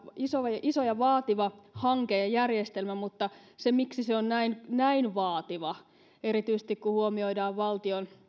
iso iso ja vaativa hanke ja järjestelmä mutta miksi se on näin näin vaativa erityisesti kun huomioidaan valtion